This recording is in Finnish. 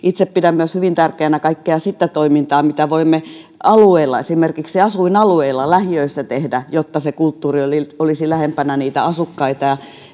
itse pidän myös hyvin tärkeänä kaikkea sitä toimintaa mitä voimme tehdä alueilla esimerkiksi asuinalueilla lähiöissä jotta se kulttuuri olisi lähempänä asukkaita